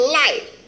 life